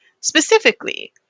specifically